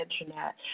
Internet